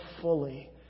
fully